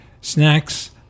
snacks